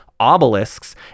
obelisks